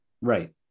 Right